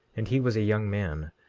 and he was a young man,